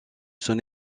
son